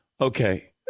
Okay